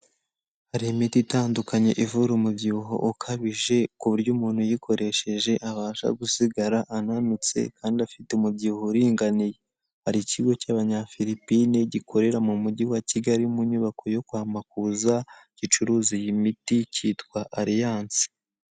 Hari imiti itandukanye ivura umubyibuho ukabije ku buryo umuntu uyikoresheje abasha gusigara ananutse kandi afite umubyibuho uringaniye. Hari ikigo cy'abanyafilipine gikorera mu mujyi wa Kigali, mu nyubako yo kwamakuza, gicuruza iyi miti cyitwa Alliance.